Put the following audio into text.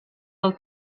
del